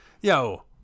Yo